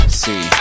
see